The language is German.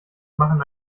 machen